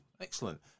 Excellent